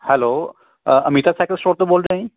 hello uh Amita cycle store ਤੋਂ ਬੋਲਦੇ ਹੋ ਜੀ